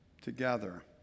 together